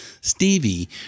Stevie